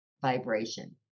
vibration